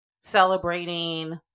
celebrating